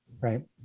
right